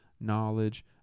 knowledge